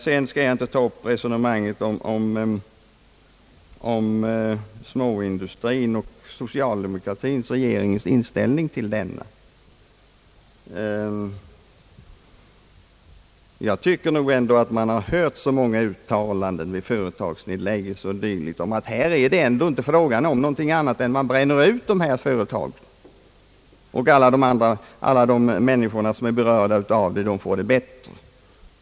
Jag skall inte ta upp något resonemang om småindustrin och regeringens inställning till denna. Men jag tycker nog ändå att man har hört så många uttalanden vid företagsnedläggelser o. d. om att här är det inte fråga om något annat än att man bränner ut dessa företag och att alla de människor som är berörda av det får det bättre.